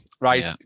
right